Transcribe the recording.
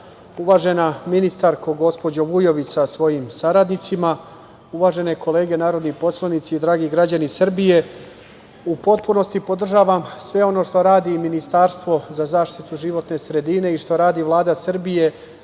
uvažena ministarko, gospođo Vujović, sa svojim saradnicima, uvažene kolege narodni poslanici, dragi građani Srbije, u potpunosti podržavam sve ono što radi Ministarstvo za zaštitu životne sredine i što radi Vlada Srbije